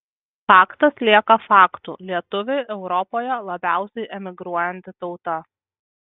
faktas lieka faktu lietuviai europoje labiausiai emigruojanti tauta